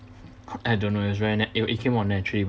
I don't know it was it came out naturally